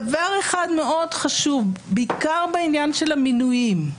דבר אחד מאוד חשוב, בעיקר בעניין של המינויים.